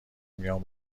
میان